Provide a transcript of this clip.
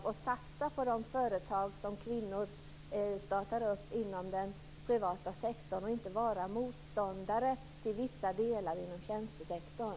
Vi skall satsa på de företag som kvinnor startar inom den privata sektorn och inte vara motståndare till verksamhet inom vissa delar av tjänstesektorn.